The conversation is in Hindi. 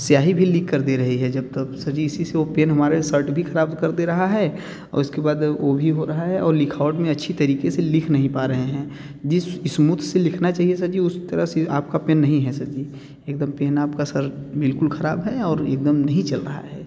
स्याही भी लीक कर दे रही है जब तब सर जी इसी से वो पेन हमारे शर्ट भी ख़राब कर दे रहा है और उसके बाद वो भी हो रहा है और लिखावट मे अच्छी तरीक़े से लिख नहीं पा रहे हैं जिस स्मूथ से लिखना चाहिए सर जी उस तरह से आप का पेन नहीं है सर जी एक दम पेन आप का सर बिल्कुल ख़राब है और एक दम नहीं चल रहा है